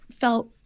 felt